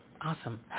Awesome